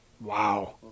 Wow